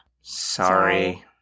Sorry